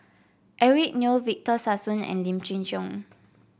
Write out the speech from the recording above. Eric Neo Victor Sassoon and Lim Chin Siong